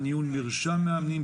ניהול מרשם מאמנים,